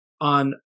on